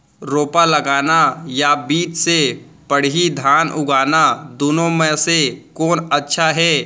रोपा लगाना या बीज से पड़ही धान उगाना दुनो म से कोन अच्छा हे?